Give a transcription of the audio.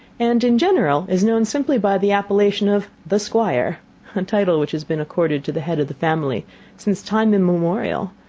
and, in general, is known simply by the appellation of the squire a title which has been accorded to the head of the family since time immemorial.